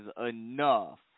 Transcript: enough